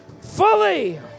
fully